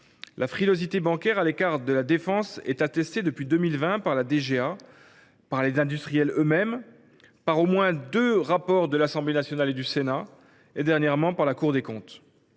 La « frilosité bancaire » à l’égard de la défense est attestée depuis 2020 par la DGA, par les industriels eux mêmes, par au moins deux rapports de l’Assemblée nationale et du Sénat et, dernièrement, par la Cour des comptes.